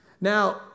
Now